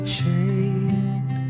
Shade